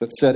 that said